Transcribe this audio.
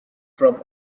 from